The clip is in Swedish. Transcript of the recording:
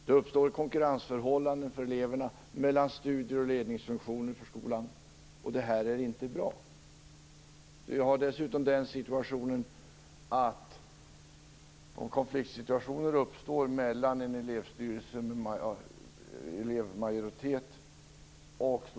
Det uppstår konkurrensförhållanden för eleverna, mellan studier och ledningsfunktioner för skolan, och det är inte bra. Om konfliktsituationer uppstår mellan en styrelse med elevmajoritet och stora personalgrupper, vill jag påstå att man de facto har gjort elevinflytandet en björntjänst.